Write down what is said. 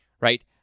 right